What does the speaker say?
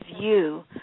view